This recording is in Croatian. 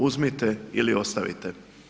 Uzmite ili ostavite.